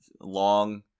long